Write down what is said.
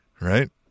right